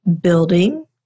building